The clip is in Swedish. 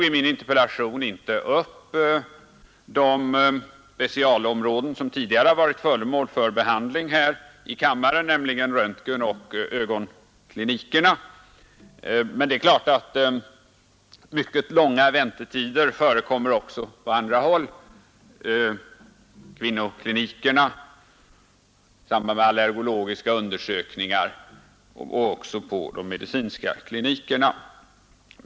I min interpellation tog jag inte upp de specialområden som tidigare varit föremal för behandling här i kammaren, nämligen röntgenoch ögonklinikerna, men mycket långa väntetider förekommer också på andra hall — vid kvinnoklinikerna, i samband med allergologiska undersökningar och på de medicinska klinikerna.